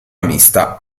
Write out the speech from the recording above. mista